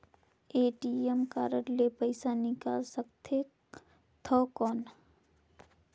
ATM card ले पइसा निकाल सकथे थव कौन?